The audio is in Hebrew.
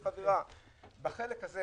לחדש.